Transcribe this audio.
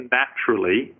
naturally